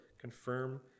confirm